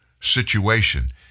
situation